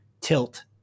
tilt